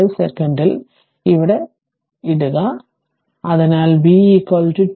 5 സെക്കൻഡിൽ ഇടുക അതിനാൽ v t 0